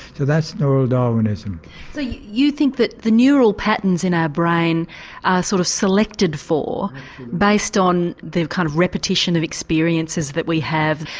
so that's neural darwinism. so you think that the neural patterns in our brain are sort of selected for based on the kind of repetition of experiences that we have.